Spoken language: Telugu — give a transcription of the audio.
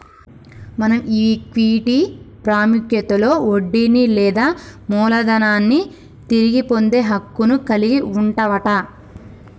మనం ఈక్విటీ పాముఖ్యతలో వడ్డీని లేదా మూలదనాన్ని తిరిగి పొందే హక్కును కలిగి వుంటవట